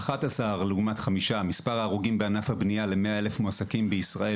11 לעומת חמישה הוא מספר ההרוגים בענף הבנייה ל-100,000 מועסקים בישראל,